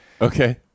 okay